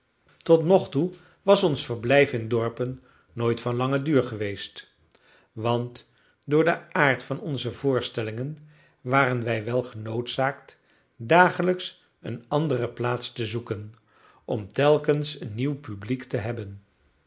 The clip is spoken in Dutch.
tot nogtoe was ons verblijf in dorpen nooit van langen duur geweest want door den aard van onze voorstellingen waren wij wel genoodzaakt dagelijks een andere plaats te zoeken om telkens een nieuw publiek te hebben